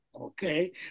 okay